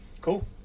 cool